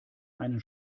einen